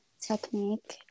technique